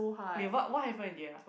wait what what happened in the end ah I f~